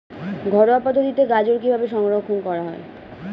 ঘরোয়া পদ্ধতিতে গাজর কিভাবে সংরক্ষণ করা?